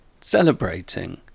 celebrating